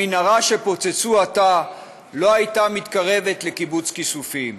המנהרה שפוצצו עתה לא הייתה מתקרבת לקיבוץ כיסופים,